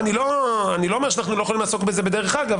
אני לא אומר שאנחנו לא יכולים לעסוק בזה בדרך אגב,